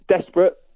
desperate